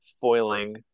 foiling